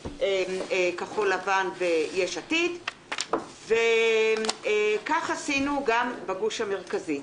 כחול לבן ויש עתיד וכך עשינו גם בגוש המרכזי.